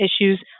issues